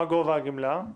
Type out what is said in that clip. מה גובה הגמלה, גברתי?